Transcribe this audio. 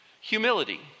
humility